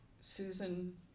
Susan